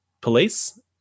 police